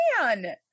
man